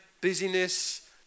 Busyness